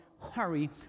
hurry